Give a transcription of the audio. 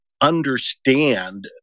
understand